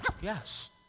Yes